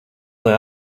lai